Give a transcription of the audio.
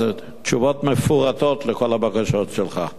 תשובות מפורטות לכל הבקשות שלך לשאלות,